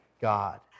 God